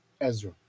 Ezra